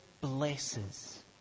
blesses